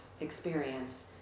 experience